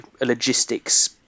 logistics